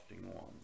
one